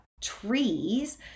trees